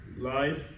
life